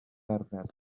arfer